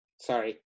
Sorry